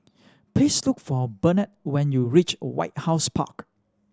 please look for Burnett when you reach White House Park